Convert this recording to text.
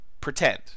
pretend